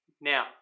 Now